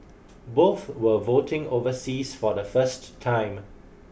both were voting overseas for the first time